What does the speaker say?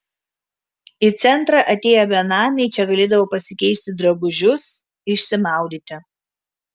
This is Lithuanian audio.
į centrą atėję benamiai čia galėdavo pasikeisti drabužius išsimaudyti